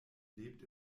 lebt